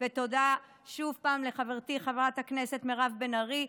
ותודה שוב לחברתי חברת הכנסת בן ארי,